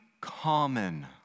common